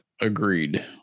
agreed